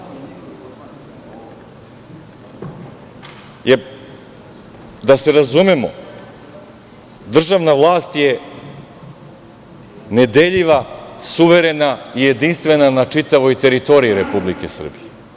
Da se razumemo, državna vlast je nedeljiva, suverena i jedinstvena na čitavoj teritoriji Republike Srbije.